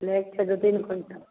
लैके छै दुइ तीन क्विन्टल